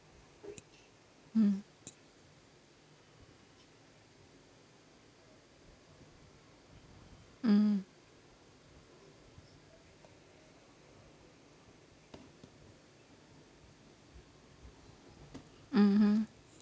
mm mm mmhmm